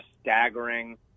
staggering